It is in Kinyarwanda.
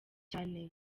cyane